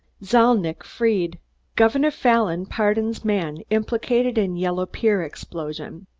zalnitch freed governor fallon pardons man implicated in yellow pier explosion